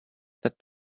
that